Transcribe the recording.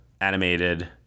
animated